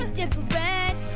different